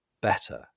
better